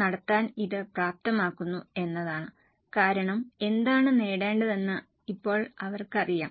നടത്താൻ ഇത് പ്രാപ്തമാക്കുന്നു എന്നതാണ് കാരണം എന്താണ് നേടേണ്ടതെന്ന് ഇപ്പോൾ അവർക്ക് അറിയാം